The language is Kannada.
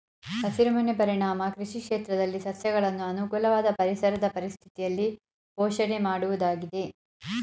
ಹಸಿರುಮನೆ ಪರಿಣಾಮ ಕೃಷಿ ಕ್ಷೇತ್ರದಲ್ಲಿ ಸಸ್ಯಗಳನ್ನು ಅನುಕೂಲವಾದ ಪರಿಸರದ ಪರಿಸ್ಥಿತಿಯಲ್ಲಿ ಪೋಷಣೆ ಮಾಡುವುದಾಗಿದೆ